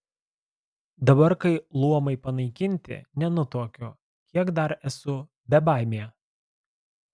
dabar kai luomai panaikinti nenutuokiu kiek dar esu bebaimė